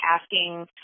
asking